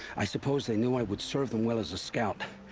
i suppose they knew i would serve them well as a scout.